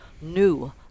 new